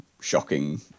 shocking